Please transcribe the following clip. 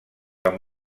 amb